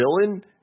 villain